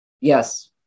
Yes